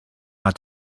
out